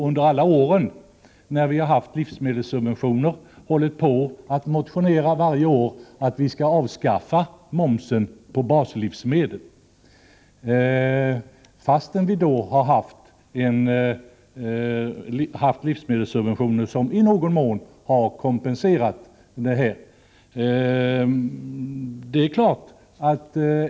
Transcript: Under hela den här tiden har vpk hållit på och motionerat varje år om avskaffande av momsen på baslivsmedel — fast vi haft livsmedelssubventioner som i någon mån gett kompensation.